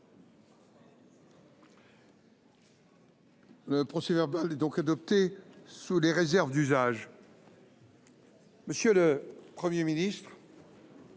Le procès verbal est adopté sous les réserves d’usage. Monsieur le Premier ministre,